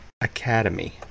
Academy